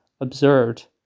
observed